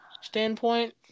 standpoint